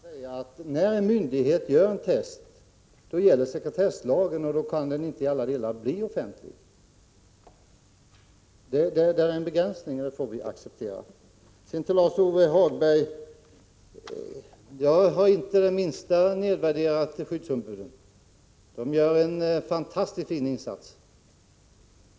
Herr talman! Låt mig säga till Ulla Tillander att när en myndighet gör ett test gäller sekretesslagen, och då kan resultatet inte i alla delar bli offentligt. Där finns en begränsning, och det får vi acceptera. Sedan till Lars-Ove Hagberg: Jag har inte det minsta nedvärderat skyddsombuden. De gör en fantastiskt fin insats.